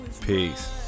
Peace